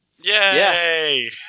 Yay